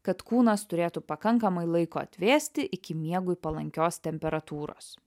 kad kūnas turėtų pakankamai laiko atvėsti iki miegui palankios temperatūros